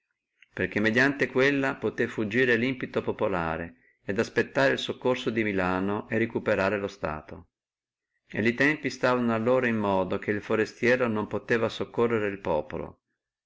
perché mediante quella possé fuggire limpeto populare et aspettare el soccorso da milano e recuperare lo stato e li tempi stavano allora in modo che il forestiere non posseva soccorrere el populo